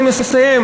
אני מסיים.